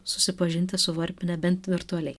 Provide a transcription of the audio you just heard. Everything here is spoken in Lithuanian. susipažinti su varpine bent virtualiai